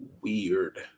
weird